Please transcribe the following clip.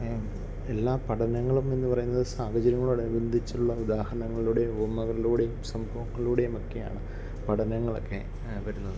എല്ലാ പഠനങ്ങളും എന്ന് പറയുന്നത് സാഹചര്യങ്ങളോട് അനുബന്ധിച്ചുള്ള ഉദാഹരണങ്ങിലൂടെ ഉപമകളിലൂടേയും സംഭവങ്ങിലൂടെയുമൊക്കെയാണ് പഠനങ്ങളൊക്കെ വരുന്നത്